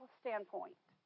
standpoint